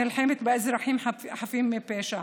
היא נלחמת באזרחים חפים מפשע,